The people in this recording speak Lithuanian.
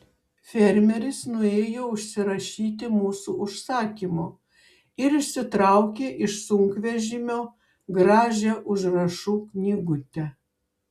fermeris nuėjo užsirašyti mūsų užsakymo ir išsitraukė iš sunkvežimio gražią užrašų knygutę